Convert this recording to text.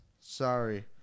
Sorry